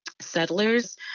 Settlers